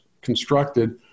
constructed